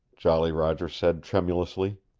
jolly roger said tremulously.